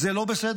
זה לא בסדר.